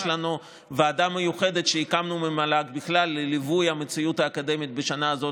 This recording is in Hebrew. יש לנו ועדה מיוחדת שהקמנו במל"ג לליווי המציאות האקדמית בשנה זו,